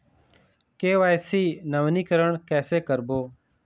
KYC नवीनीकरण कैसे करबो?